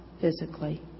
physically